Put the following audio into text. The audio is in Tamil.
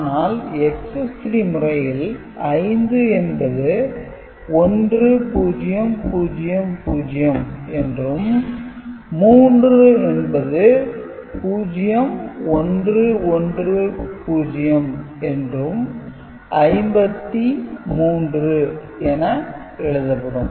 ஆனால் Excess - 3 முறையில் 5 என்பது 1 0 0 0 என்றும் 3 என்பது 0 1 1 0 என்றும் 5 3 என எழுதப்படும்